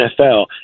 NFL